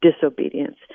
disobedience